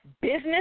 business